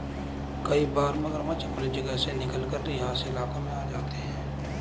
कई बार मगरमच्छ अपनी जगह से निकलकर रिहायशी इलाकों में आ जाते हैं